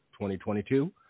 2022